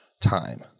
time